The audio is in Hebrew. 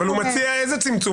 אבל הוא מציע איזה צמצום.